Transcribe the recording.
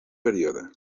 període